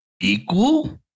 Equal